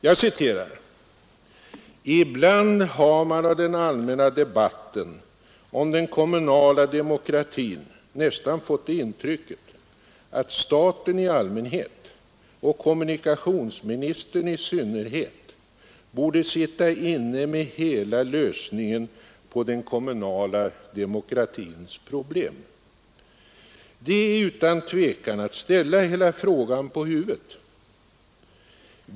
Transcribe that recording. Han sade: ”Ibland har man av den allmänna debatten om den kommunala demokratin nästan fått det intrycket, att staten i allmänhet och kommunikationsministern i synnerhet borde sitta inne med hela lösningen på den kommunala demokratins problem. Det är utan tvekan att ställa hela frågan på huvudet.